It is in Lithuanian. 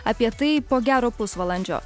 apie tai po gero pusvalandžio